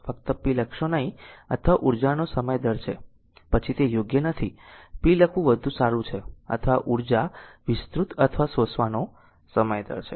ફક્ત p લખશો નહીં અથવા ઉર્જાનો સમય દર છે પછી તે યોગ્ય નથી p લખવું વધુ સારું છે અથવા ઊર્જા વિસ્તૃત અથવા શોષવાનો સમય દર છે